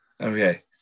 Okay